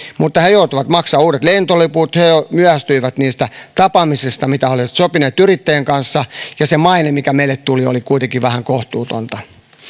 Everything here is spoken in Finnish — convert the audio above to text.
mutta he joutuivat maksamaan uudet lentoliput he myöhästyivät niistä tapaamisista mitä he olivat sopineet yrittäjien kanssa ja se maine mitä meille tuli oli kuitenkin vähän kohtuutonta